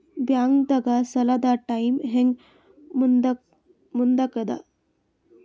ಬ್ಯಾಂಕ್ದಾಗ ಸಾಲದ ಟೈಮ್ ಹೆಂಗ್ ಮುಂದಾಕದ್?